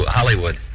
Hollywood